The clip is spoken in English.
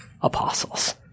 apostles